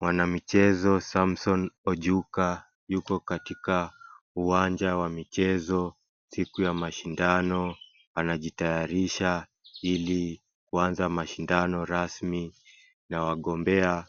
Mwana mchezo Samson Ojuka yuko katika uwanja wa michezo siku ya mashindano anajitayarisha ili kuanza mashindano rasmi na wagombea